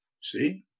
see